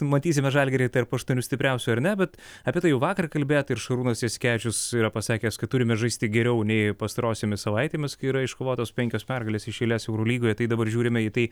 matysime žalgirį tarp aštuonių stipriausių ar ne bet apie tai jau vakar kalbėta ir šarūnas jasikevičius yra pasakęs kad turime žaisti geriau nei pastarosiomis savaitėmis kai yra iškovotos penkios pergalės iš eilės eurolygoje tai dabar žiūrime į tai